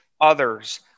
others